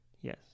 Yes